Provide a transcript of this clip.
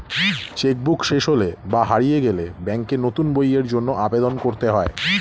check book শেষ হলে বা হারিয়ে গেলে ব্যাঙ্কে নতুন বইয়ের জন্য আবেদন করতে হয়